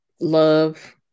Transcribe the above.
love